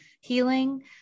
healing